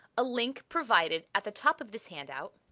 a link provided at the top of this handout